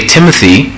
Timothy